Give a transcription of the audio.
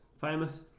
famous